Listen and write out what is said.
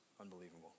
unbelievable